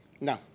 No